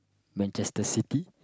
Manchester-City